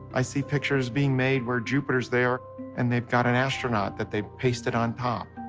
i see pictures being made where jupiter's there and they've got an astronaut that they pasted on top.